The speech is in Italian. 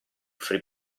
free